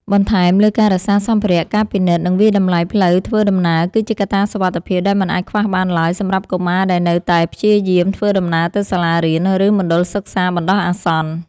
បន្ថែមលើការរក្សាសម្ភារៈ ការពិនិត្យ និងវាយតម្លៃផ្លូវធ្វើដំណើរគឺជាកត្តាសុវត្ថិភាពដែលមិនអាចខ្វះបានឡើយសម្រាប់កុមារដែលនៅតែព្យាយាមធ្វើដំណើរទៅសាលារៀន ឬមណ្ឌលសិក្សាបណ្តោះអាសន្ន។